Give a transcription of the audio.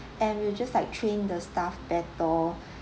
and we'll just like train the staff better